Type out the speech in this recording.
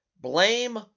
blame